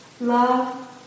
love